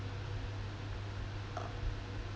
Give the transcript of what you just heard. uh